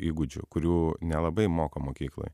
įgūdžių kurių nelabai moko mokykloj